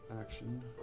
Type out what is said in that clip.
action